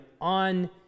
on